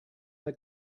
that